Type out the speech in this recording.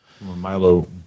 Milo